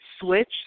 switch